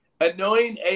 annoying